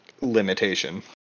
limitation